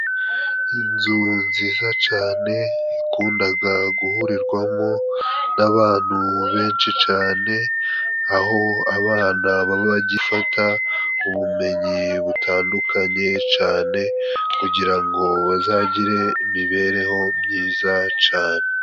Inzu nziza cane ikundaga guhurirwamo n'abantu benshi cane, aho abana baba bagifata ubumenyi butandukanye cane kugira ngo bazagire imibereho myiza cane.